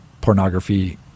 pornography